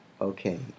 okay